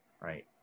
right